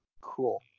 Cool